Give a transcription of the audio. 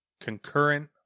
Concurrent